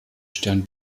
stern